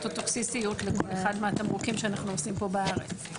פוטוטוקסיסיות לכל אחד מהתמרוקים שאנו עושים פה בארץ.